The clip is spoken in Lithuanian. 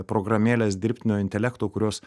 programėles dirbtinio intelekto kurios